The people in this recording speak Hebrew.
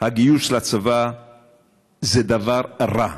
הגיוס לצבא זה דבר רע.